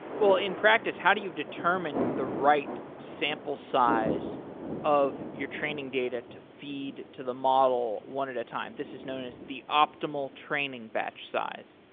in practice, how do you determine the right sample size of your training data to feed to the model one at a time? this is known as the optimal training batch size.